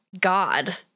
God